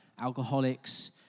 alcoholics